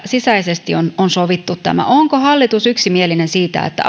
sisäisesti on on sovittu tämä onko hallitus yksimielinen siitä että